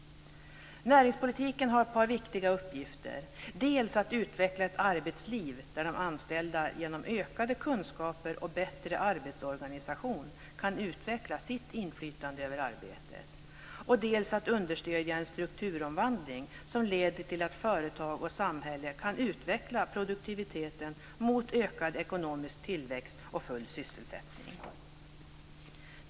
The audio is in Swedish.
Näringspolitiken har ett par viktiga uppgifter: dels att utveckla ett arbetsliv där de anställda genom ökade kunskaper och bättre arbetsorganisation kan utveckla sitt inflytande över arbetet, dels att understödja en strukturomvandling som leder till att företag och samhälle kan utveckla produktiviteten mot ökad ekonomisk tillväxt och full sysselsättning.